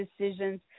decisions